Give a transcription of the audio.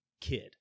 kid